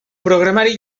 programari